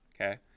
okay